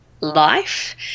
life